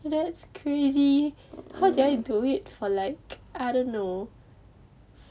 that's crazy how did I do it for like I don't know